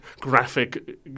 graphic